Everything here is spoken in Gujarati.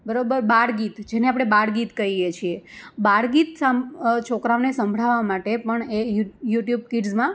બરાબર બાળગીત જેને આપણે બાળગીત કહીએ છીએ બાળગીત છોકરાંઓને સંભળાવવા માટે પણ એ યુટ્યુબ કિડ્સમાં